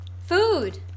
Food